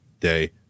Day